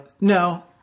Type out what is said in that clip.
No